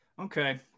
Okay